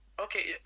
okay